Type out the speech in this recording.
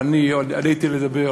אני עליתי לדבר